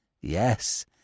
Yes